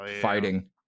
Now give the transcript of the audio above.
fighting